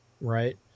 right